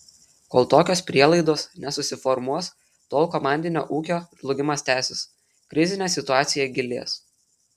kol tokios prielaidos nesusiformuos tol komandinio ūkio žlugimas tęsis krizinė situacija gilės